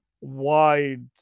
wide